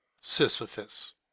Sisyphus